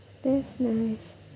that's nice